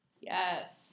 yes